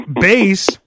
base